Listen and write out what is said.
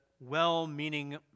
well-meaning